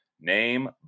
Name